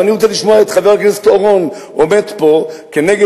אני רוצה לשמוע את חבר הכנסת אורון עומד פה כנגד